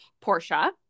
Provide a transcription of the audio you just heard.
Portia